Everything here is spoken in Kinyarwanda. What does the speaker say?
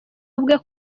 ubwe